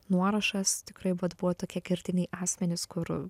nuorašas tikrai vat buvo tokie kertiniai asmenys kur